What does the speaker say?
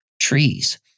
trees